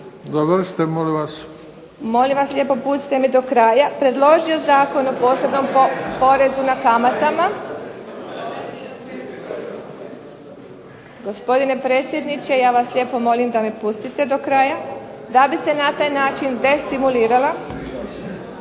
Tatjana (SDP)** Molim vas lijepo pustite me do kraja, predložio Zakon o posebnom porezu na kamatama. Gospodine predsjedniče ja vas lijepo molim da me pustite do kraja, da bi se na taj način destimulirala